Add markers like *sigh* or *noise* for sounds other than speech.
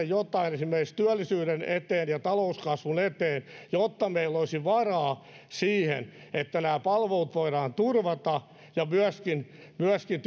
*unintelligible* jotain esimerkiksi työllisyyden eteen ja talouskasvun eteen jotta meillä olisi varaa siihen että nämä palvelut voidaan turvata ja myöskin myöskin *unintelligible*